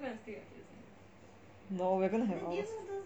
no we are going to have ours